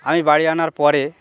আমি বাড়ি আনার পরে